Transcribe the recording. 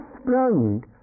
sprung